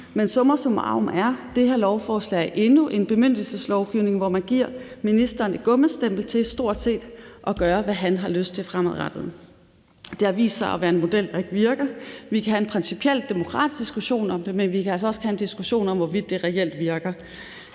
Men summa summarum er det her lovforslag endnu en bemyndigelseslovgivning, hvor man giver ministeren et gummistempel til stort set at gøre, hvad han har lyst til, fremadrettet. Det har vist sig at være en model, der ikke virker. Vi kan have en principiel demokratisk diskussion om det, men vi kan altså også have en diskussion om, hvorvidt det reelt virker.